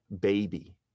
baby